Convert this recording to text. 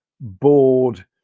bored